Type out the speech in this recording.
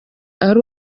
ari